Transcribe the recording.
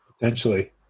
Potentially